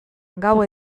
gau